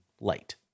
light